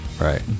Right